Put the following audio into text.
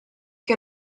che